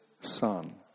son